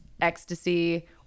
ecstasy